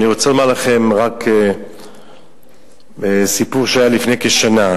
אני רוצה לומר לכם רק סיפור שהיה לפני כשנה,